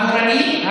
הגורלית,